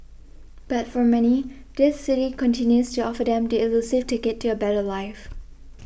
but for many this city continues to offer them the elusive ticket to a better life